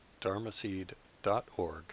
dharmaseed.org